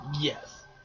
Yes